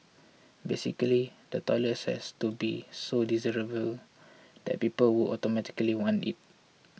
basically the toilets has to be so desirable that people would automatically want it